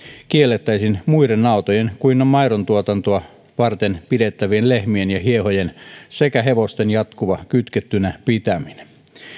kiellettäisiin muiden nautojen kuin maidontuotantoa varten pidettävien lehmien ja hiehojen sekä hevosten jatkuva kytkettynä pitäminen